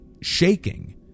shaking